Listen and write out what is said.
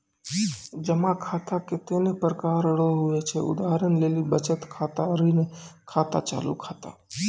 जमा खाता कतैने प्रकार रो हुवै छै उदाहरण लेली बचत खाता ऋण खाता चालू खाता